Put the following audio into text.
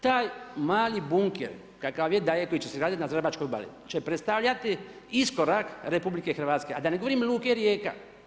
Taj mali bunker, kakav je da je, koji će se graditi na zagrebačkoj obali će predstavljati iskorak RH, a da ne govorim luke Rijeka.